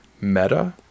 Meta